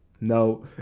No